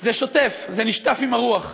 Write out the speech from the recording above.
זה שוטף, זה נשטף עם הרוח.